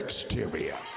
exterior